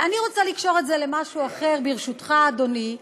אני רוצה לקשור את זה למשהו אחר, ברשותך, אדוני.